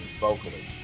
vocally